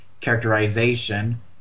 characterization